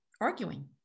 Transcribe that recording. arguing